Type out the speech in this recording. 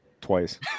twice